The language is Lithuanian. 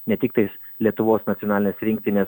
ne tiktais lietuvos nacionalinės rinktinės